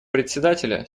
председателя